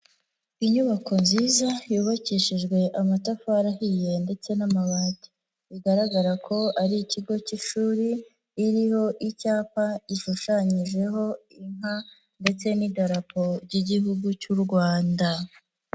Inyubako nziza yubakishijwe amatafari ahiye ndetse n'amabati, bigaragara ko ari ikigo cy'ishuri, iriho icyapa ishushanyijeho inka ndetse n'idarapo ry'igihugu cy'u Rwanda.